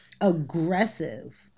aggressive